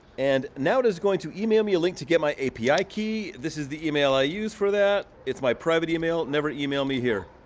and now it is going to email me a link to get my api key. this is the email i use for that. it's my private email, never email me here.